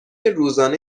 روزانه